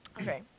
Okay